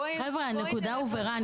חבר'ה, הנקודה הובהרה.